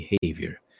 behavior